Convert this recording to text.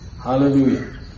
Hallelujah